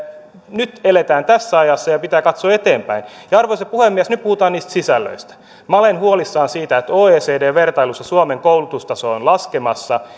nyt eletään tässä ajassa ja pitää katsoa eteenpäin arvoisa puhemies nyt puhutaan niistä sisällöistä minä olen huolissani siitä että oecd vertailussa suomen koulutustaso on laskemassa